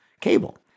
cable